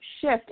shift